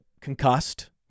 concussed